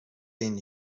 been